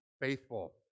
faithful